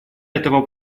этого